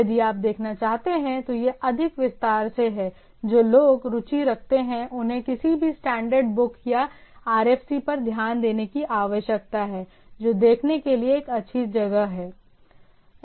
यदि आप देखना चाहते हैं तो ये अधिक विस्तार से हैं जो लोग रुचि रखते हैं उन्हें किसी भी स्टैंडर्ड बुक या RFC पर ध्यान देने की आवश्यकता है जो देखने के लिए एक अच्छी जगह है